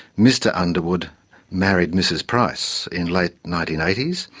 mr underwood married mrs price in late nineteen eighty s,